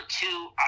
two